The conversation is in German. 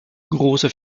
große